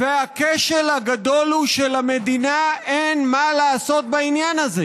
והכשל הגדול הוא שלמדינה אין מה לעשות בעניין הזה.